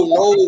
no